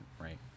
right